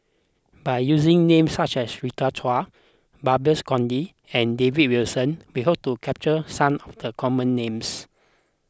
by using names such as Rita Chao Babes Conde and David Wilson we hope to capture some the common names